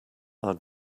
are